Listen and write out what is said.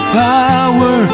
power